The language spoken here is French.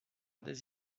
des